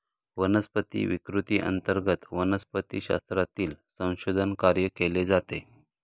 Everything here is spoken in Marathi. वनस्पती विकृती अंतर्गत वनस्पतिशास्त्रातील संशोधन कार्य केले जाते